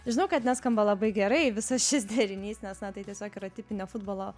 žinau kad neskamba labai gerai visas šis derinys nes na tai tiesiog yra tipinė futbolo